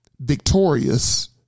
victorious